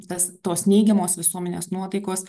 tas tos neigiamos visuomenės nuotaikos